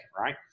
right